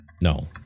No